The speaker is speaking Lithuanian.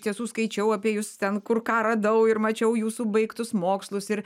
iš tiesų skaičiau apie jus ten kur ką radau ir mačiau jūsų baigtus mokslus ir